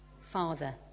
Father